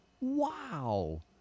Wow